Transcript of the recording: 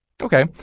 Okay